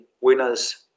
winners